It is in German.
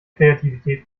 kreativität